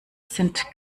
sind